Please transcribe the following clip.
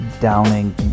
downing